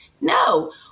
no